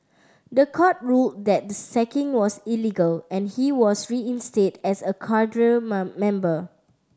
the court ruled that the sacking was illegal and he was reinstated as a cadre member